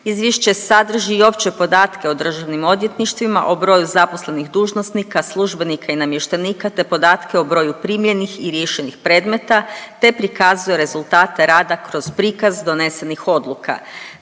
Izvješće sadrži i opće podatke o državnim odvjetništvima, o broju zaposlenih dužnosnika, službenika i namještenika te podatke o broju primljenih i riješenih predmeta te prikazuje rezultate rada kroz prikaz donesenih odluka.